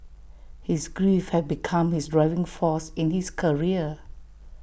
his grief had become his driving force in his career